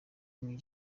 king